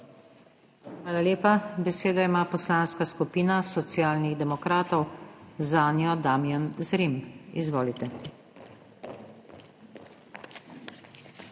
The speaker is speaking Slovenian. Hvala lepa. Besedo ima Poslanska skupina Socialnih demokratov, zanjo Damjan Zrim. Izvolite.